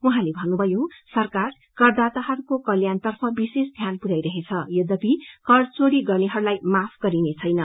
उहाँले भन्नुभयो सरकार करदाताहरूको कल्याणतर्फ विशेष ध्यान पुर्याईरहेछ यद्यपिक र चोरी गर्नेहरूलाई माफ गरिनेछैन